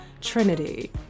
trinity